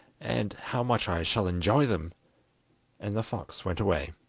and how much i shall enjoy them and the fox went away.